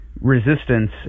resistance